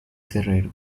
guerrero